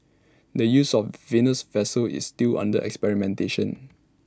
the use of the Venus vessel is still under experimentation